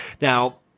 Now